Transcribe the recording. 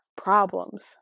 problems